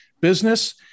business